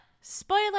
spoiler